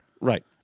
Right